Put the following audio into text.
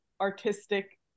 artistic